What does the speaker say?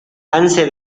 hanse